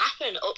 happen